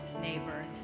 neighbor